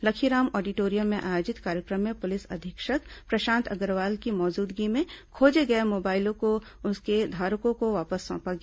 Lakhiram auditorium में आयोजित कार्यक्रम में पुलिस अधीक्षक प्रशांत अग्रवाल की मौजूदगी में खोजे गए मोबाइल को उसके धारकों को वापस सौंपा गया